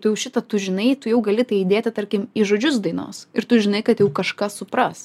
tu jau šitą tu žinai tu jau gali tai įdėti tarkim į žodžius dainos ir tu žinai kad jau kažkas supras